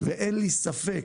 ואין לי ספק